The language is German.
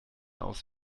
aus